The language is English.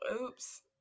oops